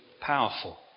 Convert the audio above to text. powerful